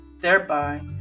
thereby